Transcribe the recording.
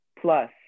plus